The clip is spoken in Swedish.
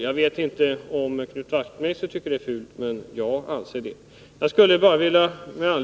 Jag vet inte om Knut Wachtmeister tycker att detta är något fult, men det anser jag.